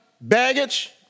baggage